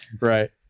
Right